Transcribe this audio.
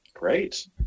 Great